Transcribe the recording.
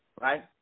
right